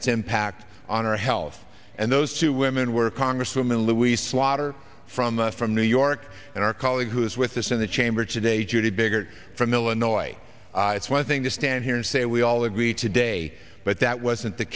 its impact on our health and those two women were congresswoman louise slaughter from from new york and our colleague who is with the senate chamber today judy biggert from illinois it's one thing to stand here and say we all agree today but that wasn't the